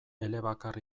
elebakar